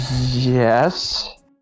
yes